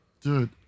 dude